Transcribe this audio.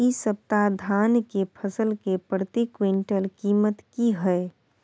इ सप्ताह धान के फसल के प्रति क्विंटल कीमत की हय?